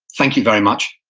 thank you very much,